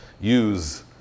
Use